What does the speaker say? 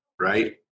right